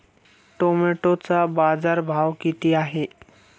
टोमॅटोचा बाजारभाव किती आहे?